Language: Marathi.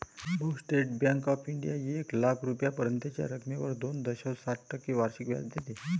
भाऊ, स्टेट बँक ऑफ इंडिया एक लाख रुपयांपर्यंतच्या रकमेवर दोन दशांश सात टक्के वार्षिक व्याज देते